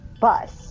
bus